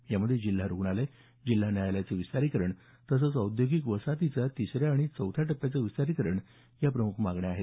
यामध्ये जिल्हा रुग्णालय जिल्हा न्यायालयाचं विस्तारीकरण तसंच औद्योगिक वसाहतीचं तिसऱ्या आणि चौथ्या टप्प्याचं विस्तारीकरण या प्रमुख मागण्या आहेत